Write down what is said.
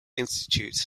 institute